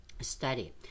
study